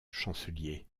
chancelier